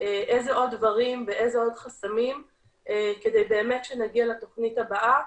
איזה עוד דברים ואיזה עוד חסמים כדי שבאמת נגיע לתוכנית הבאה